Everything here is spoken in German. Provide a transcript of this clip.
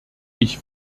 ich